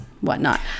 whatnot